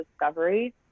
discovery